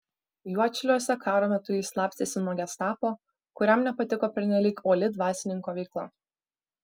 juodšiliuose karo metu jis slapstėsi nuo gestapo kuriam nepatiko pernelyg uoli dvasininko veikla